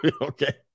Okay